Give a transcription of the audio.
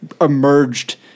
emerged